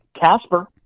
Casper